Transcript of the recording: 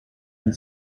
and